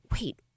wait